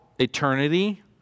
eternity